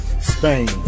Spain